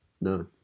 No